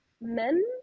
men